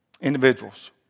Individuals